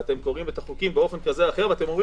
ואתם קוראים את החוקים באופן כזה או אחר ואומרים: